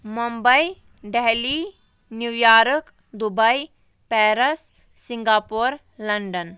Mumbai Delhi New York Dubai Paris Singapore London